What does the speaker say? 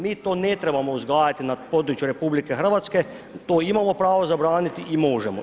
Mi to ne trebamo uzgajati na području RH, to imamo pravo zabraniti i možemo.